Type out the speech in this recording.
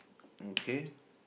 mm K